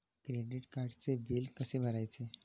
Credit कार्डचे bill कसे भरायचे?